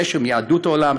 קשר עם יהדות העולם,